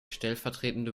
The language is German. stellvertretende